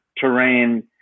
terrain